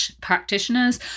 practitioners